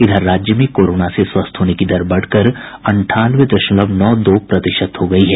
इधर राज्य में कोरोना से स्वस्थ होने की दर बढ़कर अंठानवे दशमलव नौ दो प्रतिशत हो गयी है